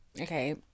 Okay